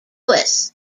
louis